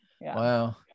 wow